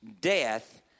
death